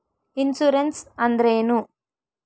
Insurance ಅಂದ್ರೇನು?